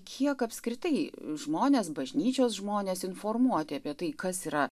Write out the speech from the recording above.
kiek apskritai žmonės bažnyčios žmonės informuoti apie tai kas yra